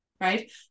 right